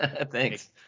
Thanks